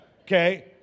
Okay